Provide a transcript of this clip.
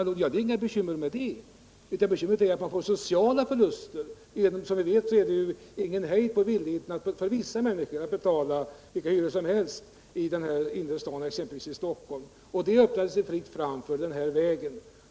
avseendet finns det inga bekymmer. Bekymret är att man får sociala förluster. Som vi vet är det ingen hejd på vissa människors villighet att betala vilka hyror som helst, exempelvis i Stockholms innerstad. Här blir det nu fritt fram.